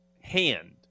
hand